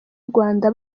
rwanda